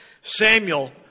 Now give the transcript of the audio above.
Samuel